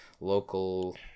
local